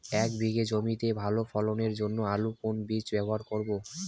এক বিঘে জমিতে ভালো ফলনের জন্য আলুর কোন বীজ ব্যবহার করব?